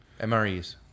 mres